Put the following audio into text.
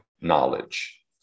knowledge